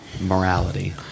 morality